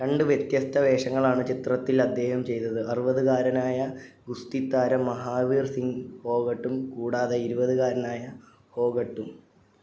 രണ്ട് വ്യത്യസ്ത വേഷങ്ങളാണ് ചിത്രത്തിൽ അദ്ദേഹം ചെയ്തത് അറുപതുകാരനായ ഗുസ്തി താരം മഹാവീർ സിംഗ് ഫോഗട്ടും കൂടാതെ ഇരുപതുകാരനായ ഫോഗട്ടും